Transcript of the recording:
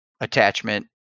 attachment